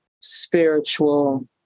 spiritual